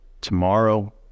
tomorrow